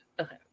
Okay